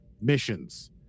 missions